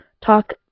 talk